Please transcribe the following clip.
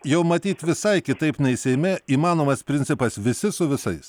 jau matyt visai kitaip nei seime įmanomas principas visi su visais